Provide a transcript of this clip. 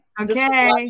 Okay